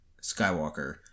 Skywalker